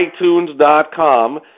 itunes.com